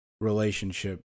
relationship